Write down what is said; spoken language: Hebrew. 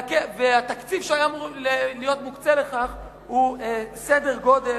והתקציב שהיה אמור להיות מוקצה לכך הוא סדר גודל,